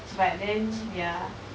but then ya